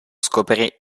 scoprì